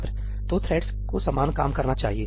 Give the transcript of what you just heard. छात्र तो थ्रेड्स को समान काम करना चाहिए